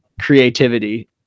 creativity